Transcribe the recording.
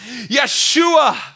Yeshua